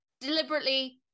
deliberately